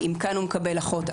ואם כאן הוא מקבל אחות,